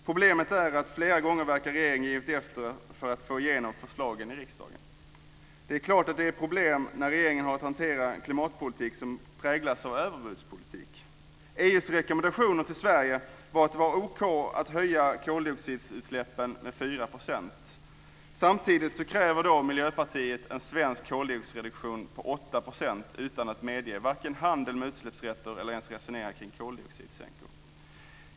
Problemet är att flera gånger verkar regeringen ha givit efter för att få igenom förslagen i riksdagen. Det är klart att det är problem när regeringen har att hantera en klimatpolitik som präglas av överbudspolitik. EU:s rekommendationer till Sverige var att det var okej att höja koldioxidutsläppen med 4 %. Samtidigt kräver utan att vare sig medge handel med utsläppsrätter eller resonera kring koldioxidsänkor.